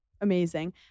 amazing